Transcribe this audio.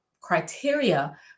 criteria